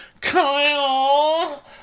kyle